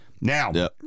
Now